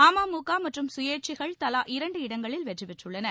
அமுக மற்றும் சுயேச்சைகள் தலா இரண்டு இடங்களில் வெற்றி பெற்றுள்ளன